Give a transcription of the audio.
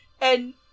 And-